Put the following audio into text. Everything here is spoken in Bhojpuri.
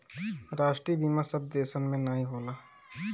राष्ट्रीय बीमा सब देसन मे नाही होला